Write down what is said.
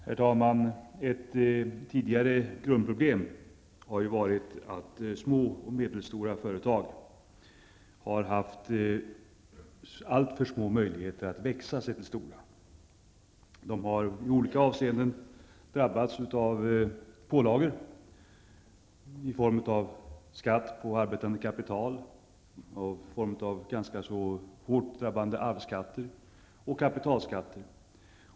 Herr talman! Ett tidigare grundproblem har ju varit att små och medelstora företag har haft alltför små möjligheter att växa sig stora. De har i olika avseenden drabbats av pålagor i form av skatt på arbetande kapital och ganska hårda arvs och kapitalskatter.